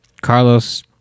Carlos